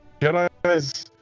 Jedi's